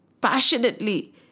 passionately